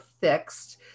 fixed